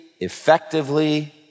effectively